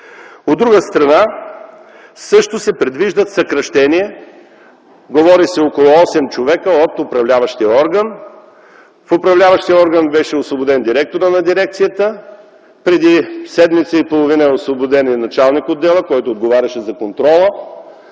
От друга страна също се предвиждат съкращения, говори се за около осем човека, от управляващия орган. От управляващия орган беше освободен директорът на дирекцията. Преди седмица и половина е освободен и началник-отдела, който отговаряше за контрола,